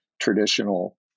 traditional